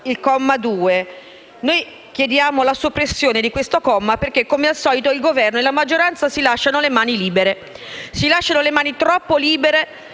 il comma 2. Ne chiediamo la soppressione, perché, come al solito, al Governo e alla maggioranza si lasciano le mani libere. Si lasciano le mani troppo libere